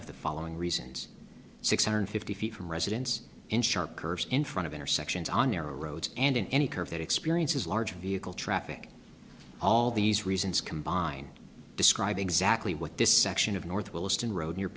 of the following reasons six hundred fifty feet from residence in sharp curves in front of intersections on narrow roads and in any curve that experiences large vehicle traffic all these reasons combine describe exactly what this section of north williston road near